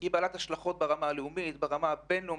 והיא בעלת השלכות ברמה הלאומית וברמה הבין-לאומית.